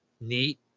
Neat